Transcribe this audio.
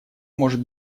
может